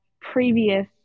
previous